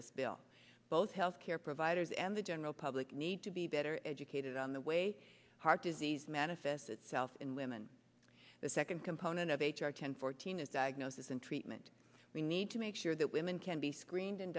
this bill both health care providers and the general public need to be better educated on the way heart disease manifests itself in women the second component of h r ten fourteen is diagnosis and treatment we need to make sure that women can be screened and